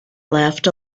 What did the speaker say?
laughed